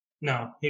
No